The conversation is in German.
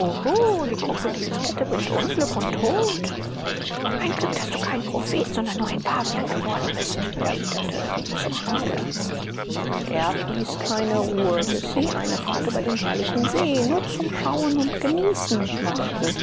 die krokodilskette bringt unglück und tod ein glück daß du kein prophet sondern nur ein pavian geworden bist erwiderte die zornige erb ließ keine ruhe bis sie eine fahrt über den herrlichen see nur zum schauen und genießen machten